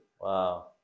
Wow